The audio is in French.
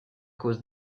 cause